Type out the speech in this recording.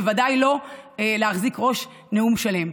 בוודאי לא להחזיק ראש נאום שלם.